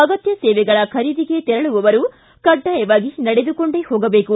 ಅಗತ್ತ ಸೇವೆಗಳ ಖರೀದಿಗೆ ತೆರಳುವವರು ಕಡ್ಡಾಯವಾಗಿ ನಡೆದುಕೊಂಡೇ ಹೋಗಬೇಕು